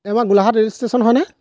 এই আমাৰ গোলাঘাট ৰেজিষ্ট্ৰেশ্যন হয়নে